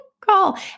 call